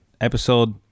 Episode